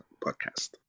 podcast